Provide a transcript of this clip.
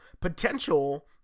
potential